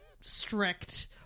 strict